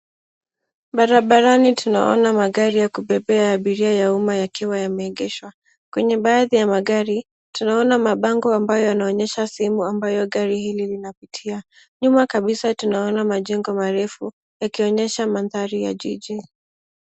Barabarani tunaona magari ya kubebea abiria ya umma yakiwa yameegeshwa. Kwenye baadhi ya magari, tunaona mabango ambayo yanaonyesha sehemu ambayo gari hili linapitia. Nyuma kabisa tunaona majengo marefu yakionyesha mandhari ya jiji.